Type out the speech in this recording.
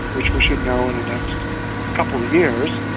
which we should know in the next couple of years,